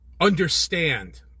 understand